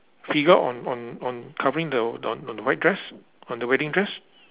figure on on on covering the on on the white dress on the wedding dress